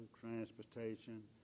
transportation